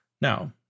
Now